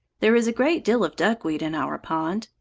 there is a great deal of duckweed in our pond.